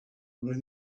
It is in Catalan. una